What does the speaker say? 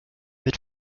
mit